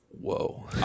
Whoa